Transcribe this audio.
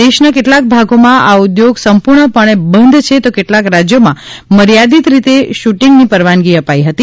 દેશના કેટલાક ભાગમાં આ ઉધ્યોગ સંપૂર્ણ પણે બંધ છે તો કેટલાંક રાજ્યોમાં મર્યાદિત રીતે શૂટિંગની પરવાનગી અપાઇ હતી